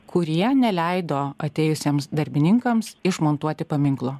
kurie neleido atėjusiems darbininkams išmontuoti paminklo